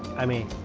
i mean.